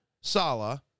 Sala